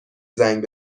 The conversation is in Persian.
زنگ